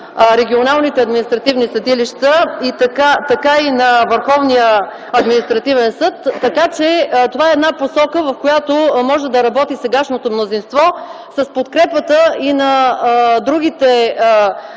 регионалните административни съдилища, така и на Върховния административен съд. Това е една посока, в която може да работи сегашното мнозинство с подкрепата и на другите